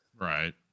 right